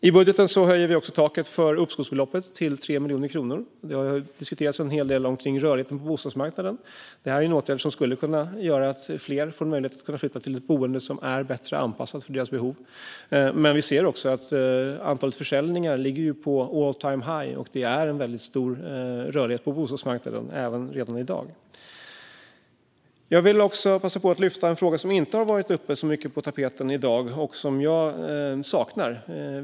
I budgeten höjer vi också taket för uppskovsbeloppet till 3 miljoner kronor. Det har diskuterats en hel del om rörligheten på bostadsmarknaden, och detta är en åtgärd som skulle kunna göra att fler får möjlighet att flytta till ett boende som är bättre anpassat för deras behov. Vi ser dock också att antalet försäljningar ligger på all-time-high och att det är en väldigt stor rörlighet på bostadsmarknaden redan i dag. Jag vill också passa på att lyfta en fråga som inte har varit så mycket på tapeten i dag och som jag saknar.